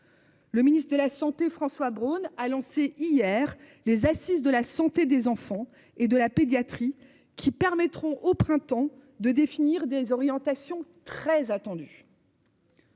Le ministre de la Santé François Braun a lancé hier les assises de la santé des enfants et de la pédiatrie qui permettront au printemps de définir des orientations très attendu.--